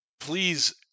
please